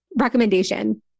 recommendation